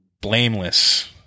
blameless